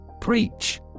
preach